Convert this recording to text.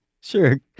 Sure